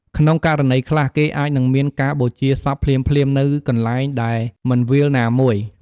ក្នុងករណីខ្លះ គេអាចនឹងមានការបូជាសពភ្លាមៗ នៅកន្លែងដែលមិនវាលណាមួយ។